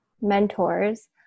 mentors